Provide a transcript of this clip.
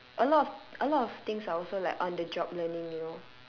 a lot of a lot of things are also like on the job learning you know